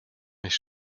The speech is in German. mich